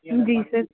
ਜੀ ਸਰ